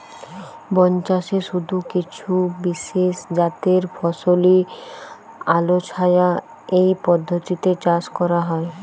বনচাষে শুধু কিছু বিশেষজাতের ফসলই আলোছায়া এই পদ্ধতিতে চাষ করা হয়